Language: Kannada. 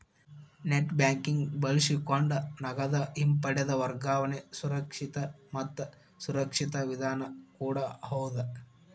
ನೆಟ್ಬ್ಯಾಂಕಿಂಗ್ ಬಳಸಕೊಂಡ ನಗದ ಹಿಂಪಡೆದ ವರ್ಗಾವಣೆ ಸುರಕ್ಷಿತ ಮತ್ತ ಸುರಕ್ಷಿತ ವಿಧಾನ ಕೂಡ ಹೌದ್